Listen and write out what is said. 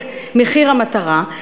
את מחיר המטרה,